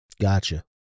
Gotcha